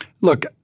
Look